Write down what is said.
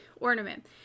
ornament